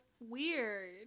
weird